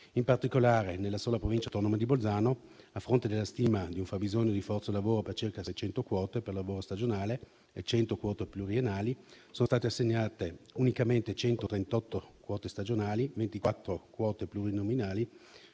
In particolare, nella sola provincia autonoma di Bolzano, a fronte della stima di un fabbisogno di forza lavoro di circa 600 quote per lavoro stagionale e 100 quote pluriennali, sono state assegnate unicamente 138 quote stagionali, 24 quote pluriennali